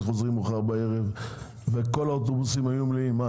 חוזרים מאוחר בערב וכל האוטובוסים היו מלאים.